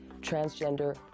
transgender